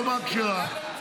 הוא רוצה להיות בקומה הכשרה,